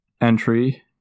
entry